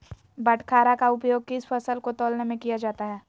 बाटखरा का उपयोग किस फसल को तौलने में किया जाता है?